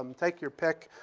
um take your pick.